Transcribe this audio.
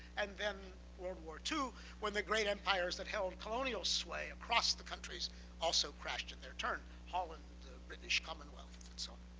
and then world war ii, when the great empires that held colonial sway across the countries also crashed in their turn holland, the british commonwealth, and so on.